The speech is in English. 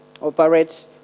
operate